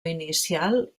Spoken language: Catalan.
inicial